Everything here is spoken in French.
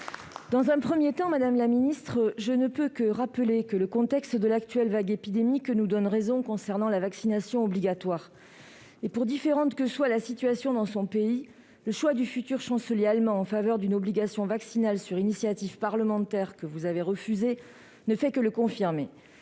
la ministre chargée de l'autonomie, je ne peux que rappeler que le contexte de l'actuelle vague épidémique nous donne raison concernant la vaccination obligatoire. Et pour différente que soit la situation dans son pays, le choix du futur chancelier allemand en faveur d'une obligation vaccinale prise sur la base d'une initiative parlementaire, que vous avez pour votre part refusée, ne fait que le confirmer.